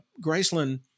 Graceland